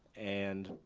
and